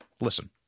Listen